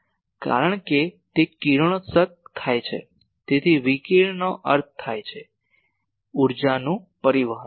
કારણ કે તે કિરણોત્સર્ગ થાય છે તેથી વિકિરણનો અર્થ થાય છે ઊર્જાનું પરિવહન